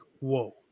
Whoa